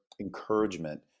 encouragement